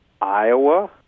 Iowa